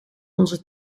onze